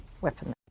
weapon